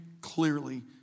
clearly